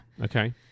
Okay